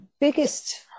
biggest